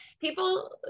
people